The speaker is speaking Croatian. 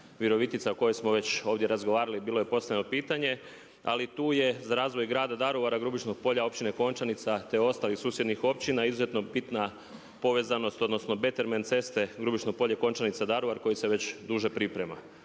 Virovitica o kojoj smo već ovdje razgovarali, bilo je postavljeno pitanje. Ali tu je za razvoj grada Daruvara, Grubišnog Polja općine Končanica, te ostalih susjednih općina izuzetno bitna povezanost, odnosno Betterment ceste Grubišno Polje – Končanica – Daruvar koji se već duže priprema.